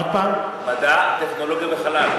מדע, טכנולוגיה וחלל.